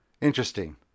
Interesting